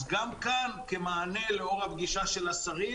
אז גם כאן כמענה לאור הפגישה של השרים